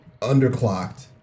underclocked